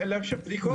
על בדיקות CT של הלב.